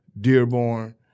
Dearborn